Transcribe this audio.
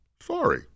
Sorry